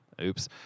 Oops